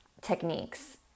techniques